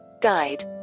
guide